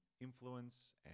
influence